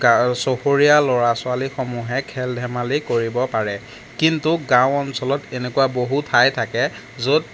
কাৰ চুবুৰীয়া ল'ৰা ছোৱালীসমূহে খেল ধেমালি কৰিব পাৰে কিন্তু গাঁও অঞ্চলত এনেকুৱা বহুত ঠাই থাকে য'ত